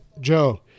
Joe